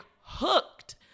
hooked